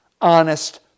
honest